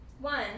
One